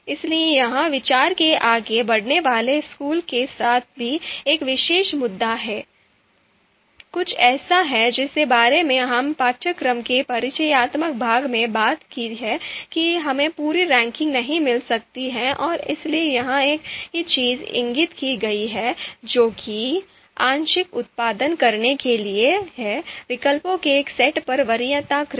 इसलिए यह विचार के आगे बढ़ने वाले स्कूल के साथ भी एक विशेष मुद्दा है कुछ ऐसा है जिसके बारे में हमने पाठ्यक्रम के परिचयात्मक भाग में बात की है कि हमें पूरी रैंकिंग नहीं मिल सकती है और इसलिए यहां एक ही चीज़ इंगित की गई है जो कि आंशिक उत्पादन करने के लिए है विकल्पों के एक सेट पर वरीयता क्रम